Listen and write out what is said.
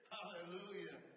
Hallelujah